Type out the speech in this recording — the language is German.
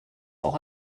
auch